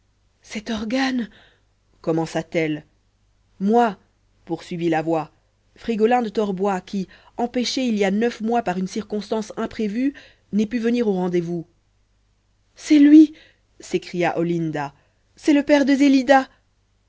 cet organe commença-t-elle moi poursuivit la voix frigolin de torboy qui empêché il y a neuf mois par une circonstance imprévue n'ai pu venir au rendez-vous c'est lui s'écria olinda c'est le père de zêlida